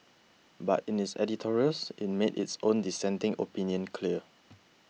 but in its editorials it made its own dissenting opinion clear